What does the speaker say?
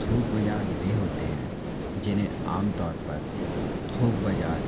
थोक बाज़ार वह होते हैं जिन्हें आमतौर पर थोक बाज़ार